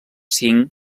cinc